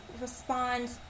respond